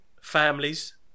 families